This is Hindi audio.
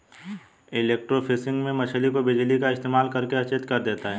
इलेक्ट्रोफिशिंग में मछली को बिजली का इस्तेमाल करके अचेत कर देते हैं